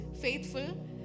faithful